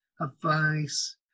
advice